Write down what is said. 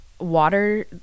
water